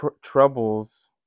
troubles